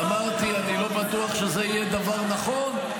אמרתי, אני לא בטוח שזה יהיה דבר נכון.